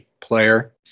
player